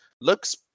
looks